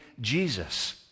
Jesus